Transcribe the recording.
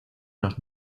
los